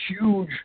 huge